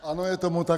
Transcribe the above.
Ano, je tomu tak.